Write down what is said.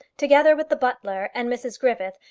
together with the butler and mrs griffith,